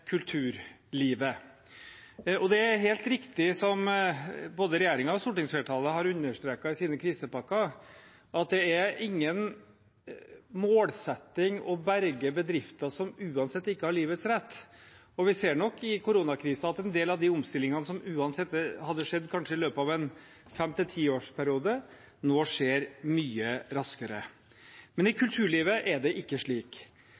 kulturlivet. Det er helt riktig, som både regjeringen og stortingsflertallet har understreket i sine krisepakker, at det ikke er noen målsetting å berge bedrifter som uansett ikke har livets rett. Vi ser nok i koronakrisen at en del av de omstillingene som uansett hadde skjedd – kanskje i løpet av en periode på fem til ti år – nå skjer mye raskere. I kulturlivet er det ikke slik.